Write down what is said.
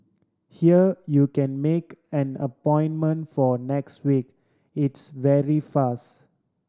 here you can make an appointment for next week it's very fast